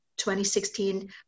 2016